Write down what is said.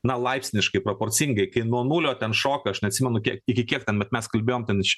na laipsniškai proporcingai kai nuo nulio ten šoka aš neatsimenu kiek iki kiek ten bet mes kalbėjom iš